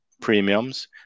premiums